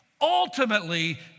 ultimately